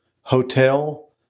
hotel